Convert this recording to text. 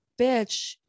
bitch